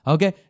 Okay